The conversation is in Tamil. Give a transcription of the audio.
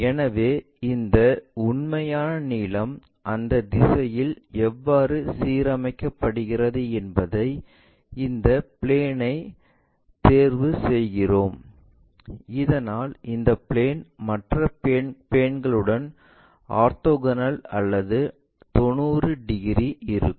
எனவே இந்த உண்மையான நீளம் அந்த திசையில் எவ்வாறு சீரமைக்கப்படுகிறது என்பதற்கான இந்த பிளேன் ஐ தேர்வு செய்கிறோம் இதனால் இந்த பிளேன் மற்ற பிளேன்களுடன் ஆர்த்தோகனல் அல்லது 90 டிகிரி இருக்கும்